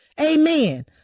Amen